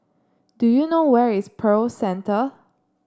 do you know where is Pearl Centre